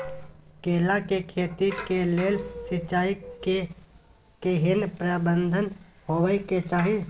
केला के खेती के लेल सिंचाई के केहेन प्रबंध होबय के चाही?